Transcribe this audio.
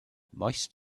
moist